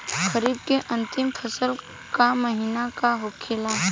खरीफ के अंतिम फसल का महीना का होखेला?